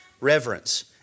reverence